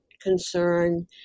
concern